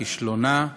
כישלונה,